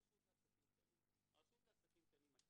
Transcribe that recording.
organizations בארגונים קטנים ועסקים קטנים,